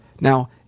Now